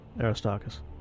Aristarchus